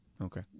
Okay